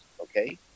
Okay